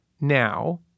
now